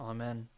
Amen